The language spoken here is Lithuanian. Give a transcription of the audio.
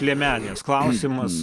liemenės klausimas